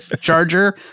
charger